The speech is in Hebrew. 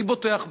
אני בוטח בך.